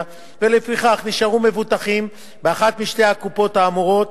ולפיכך נשארו מבוטחים באחת משתי הקופות האמורות.